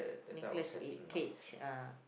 Nicholas eh Cage uh